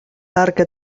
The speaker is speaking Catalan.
barca